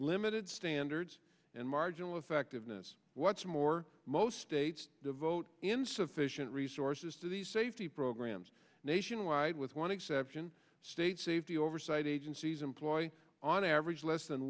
limited standards and marginal effectiveness what's more most states devote insufficient resources to these safety programs nationwide with one exception state safety oversight agencies employ on average less than